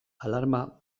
alarma